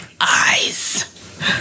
eyes